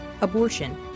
abortion